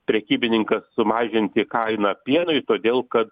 prekybininkas sumažinti kainą pienui todėl kad